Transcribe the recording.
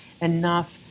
enough